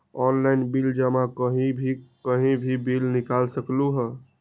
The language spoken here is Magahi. ऑनलाइन बिल जमा कहीं भी कभी भी बिल निकाल सकलहु ह?